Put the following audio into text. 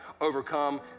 overcome